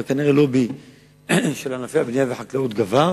אבל כנראה הלובי של ענפי הבנייה והחקלאות גבר,